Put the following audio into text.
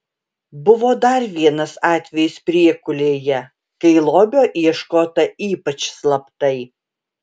buvo dar vienas atvejis priekulėje kai lobio ieškota ypač slaptai